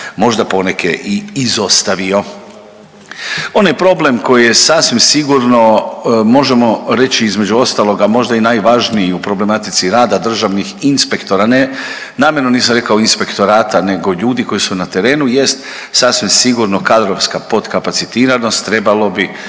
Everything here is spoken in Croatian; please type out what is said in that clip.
možda poneke i izostavio. Onaj problem koji je sasvim sigurno možemo reći između ostaloga možda i najvažniji u problematici rada državnih inspektora, ne namjerno nisam rekao inspektorata, nego ljudi koji su na terenu jest sasvim sigurno kadrovska podkapacitiranost trebalo bi